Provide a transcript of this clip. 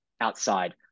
outside